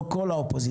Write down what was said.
לא כל האופוזיציה,